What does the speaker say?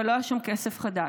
אבל לא היה שום כסף חדש.